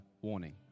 warning